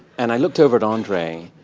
and i looked over at andre,